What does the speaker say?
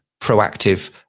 proactive